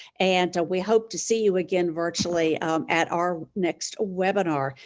and we hope to see you again virtually at our next webinar.